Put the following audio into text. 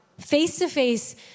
face-to-face